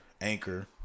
anchor